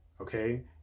okay